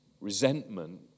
resentment